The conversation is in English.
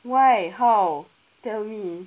why how tell me